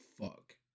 fuck